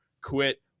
quit